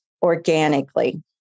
Organically